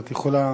אז את יכולה